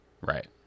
Right